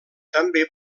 també